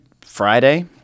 Friday